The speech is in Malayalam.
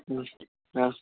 ആ